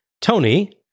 Tony